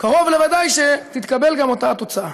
קרוב לוודאי שתתקבל גם אותה התוצאה.